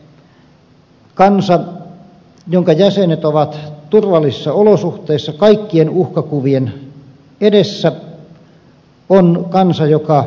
kansa jonka jäsenet ovat turvallisissa olosuhteissa kaikkien uhkakuvien edessä on kansa joka kestää